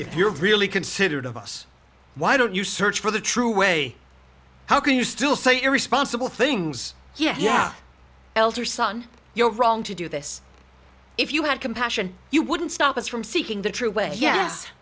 if you're really considered of us why don't you search for the true way how can you still say irresponsible things yeah yeah elder son you're wrong to do this if you had compassion you wouldn't stop us from seeking the true way ye